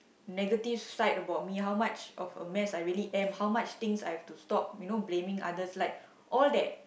negative side about me how much of a mess I really am how much things I have to stop you know blaming others like all that